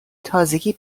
تازگی